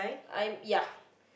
I ya